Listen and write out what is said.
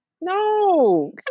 no